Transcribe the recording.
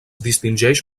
distingeix